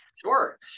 Sure